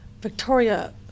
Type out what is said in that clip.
Victoria